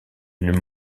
une